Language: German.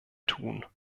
tun